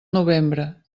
novembre